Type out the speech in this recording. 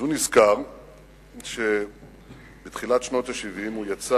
הוא נזכר שבתחילת שנות ה-70 הוא יצא